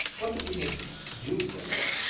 what does it make you think of?